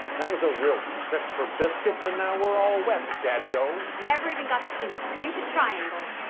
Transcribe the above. that was a real trip for biscuits, and now we're all wet, daddy-o i never even got to play my stupid triangle.